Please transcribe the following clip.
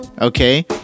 okay